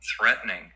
threatening